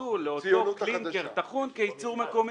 התייחסו לאותו קלינקר מקומי כייצור מקומי.